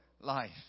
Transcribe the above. life